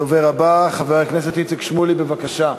הדובר הבא, חבר הכנסת איציק שמולי, בבקשה.